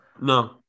No